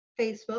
Facebook